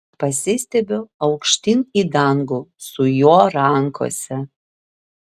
pasistiebiu aukštyn į dangų su juo rankose